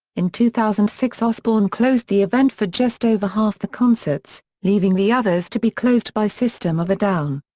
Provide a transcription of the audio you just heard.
in two thousand and six osbourne closed the event for just over half the concerts, leaving the others to be closed by system of a down.